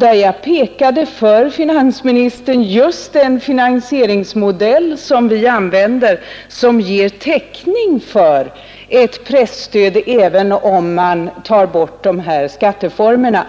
Jag pekade för finansministern ut vilken finansieringsmodell vi vill använda. Den ger täckning för presstödet även om man tar bort annonsoch reklamskatterna.